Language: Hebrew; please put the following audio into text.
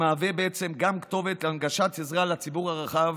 מהווה גם כתובת להנגשת עזרה לציבור הרחב,